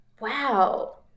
Wow